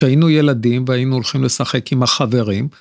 היינו ילדים והיינו הולכים לשחק עם החברים.